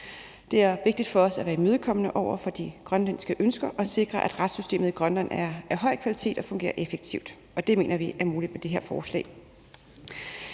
Det er vigtigt for os at være imødekommende over for de grønlandske ønsker og sikre, at retssystemet i Grønland er af høj kvalitet og fungerer effektivt, og det mener vi er muligt med det her forslag.